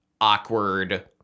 awkward